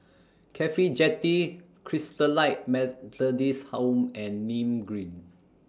Cafhi Jetty Christalite Methodist Home and Nim Green